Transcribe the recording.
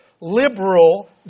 liberal